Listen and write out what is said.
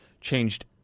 changed